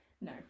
no